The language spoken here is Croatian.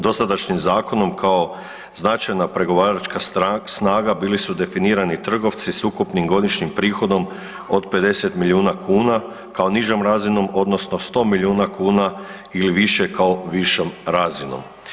Dosadašnjim zakonom kao značajna pregovaračka snaga bili su definirani trgovci s ukupnim godišnjim prihodom od 50 milijuna kuna kao nižerazrednom, odnosno 100 milijuna kuna ili više kao višom razinom.